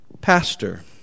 pastor